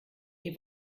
ihr